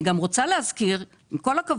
אני גם רוצה להזכיר, עם כל הכבוד,